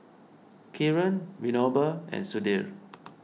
Kiran Vinoba and Sudhir